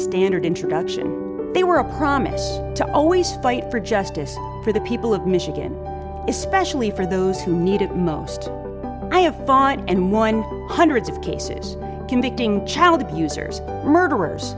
standard introduction they were a promise to always fight for justice for the people of michigan especially for those who need it most i have bought and won hundreds of cases convicting child abusers murderers